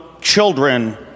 children